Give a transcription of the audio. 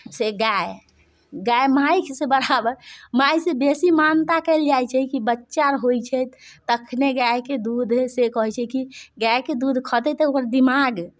से गाय गाय मायसँ बराबर मायसँ बेसी मान्यता कयल जाइ छै कि बच्चा होइ छथि तखने गायके दूधसँ कहै छै कि गायके दूध खेतै तऽ ओकर दिमाग